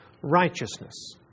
righteousness